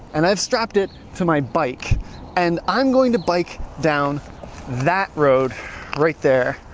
and i've strapped it to my bike and i'm going to bike down that road right there.